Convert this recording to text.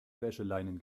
wäscheleinen